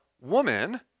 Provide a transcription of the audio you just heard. woman